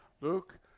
Luke